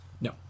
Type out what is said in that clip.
No